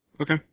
Okay